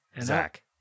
Zach